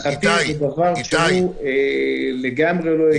להערכתי זה דבר שהוא לגמרי לא הגיוני.